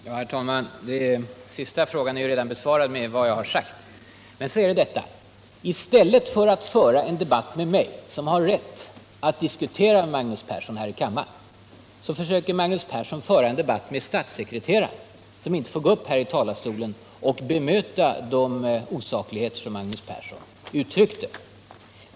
Herr talman! Den sista frågan är ju redan besvarad genom vad jag tidigare har sagt. I stället för att föra en debatt med mig, som har rätt att diskutera med Magnus Persson här i kammaren, försöker Magnus Persson föra en debatt med statssekreteraren, som inte får gå upp här i talarstolen och bemöta Magnus Perssons osakligheter.